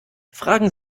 fragen